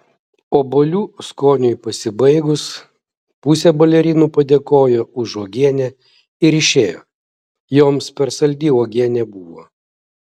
obuolių skoniui pasibaigus pusė balerinų padėkojo už uogienę ir išėjo joms per saldi uogienė buvo